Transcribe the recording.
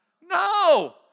No